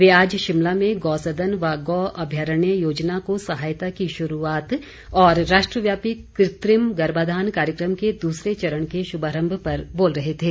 वे आज शिमला में गौसदन व गौ अभ्यारण्य योजना को सहायता की शुरूआत और राष्ट्रव्यापी कृत्रिम गर्भाधान कार्यक्रम के दूसरे चरण के शुभारम्भ पर बोल रहे थे